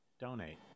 donate